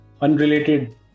unrelated